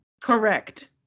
Correct